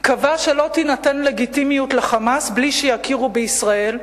קבע שלא תינתן לגיטימיות ל"חמאס" בלי שיכירו בישראל,